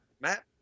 Matt